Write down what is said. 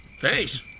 Thanks